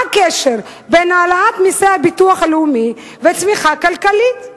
מה הקשר בין העלאת מסי הביטוח הלאומי לבין צמיחה כלכלית?